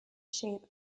shape